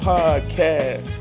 Podcast